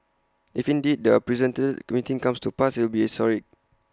if indeed the unprecedented meeting comes to pass IT will be historic